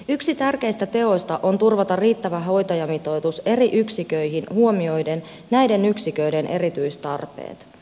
yksi tärkeistä teoista on turvata riittävä hoitajamitoitus eri yksiköihin huomioiden näiden yksiköiden erityistarpeet